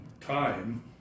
time